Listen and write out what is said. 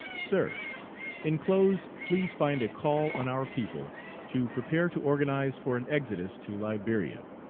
sir inclosed please find a call on our people to prepare to organize for an exodus to liberia.